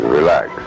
relax